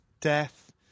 death